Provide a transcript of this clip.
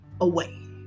away